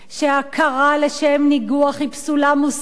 שהכרה לשם ניגוח היא פסולה מוסרית,